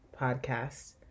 podcast